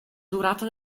durata